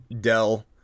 Dell